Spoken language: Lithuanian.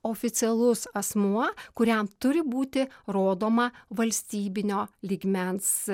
oficialus asmuo kuriam turi būti rodoma valstybinio lygmens